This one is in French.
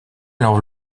alors